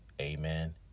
Amen